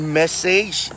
message